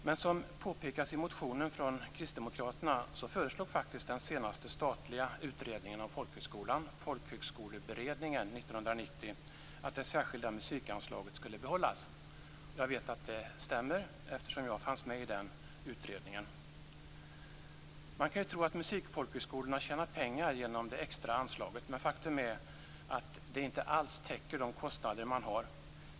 Men som påpekas i motionen från Kristdemokraterna föreslog faktiskt den senaste statliga utredningen om folkhögskolan, Folkhögskoleberedningen Jag vet att det stämmer eftersom jag fanns med i den utredningen. Man kan ju tro att musikfolkhögskolorna tjänar pengar genom det extra anslaget, men faktum är att det inte alls täcker de kostnader man har.